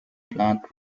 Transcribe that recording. plant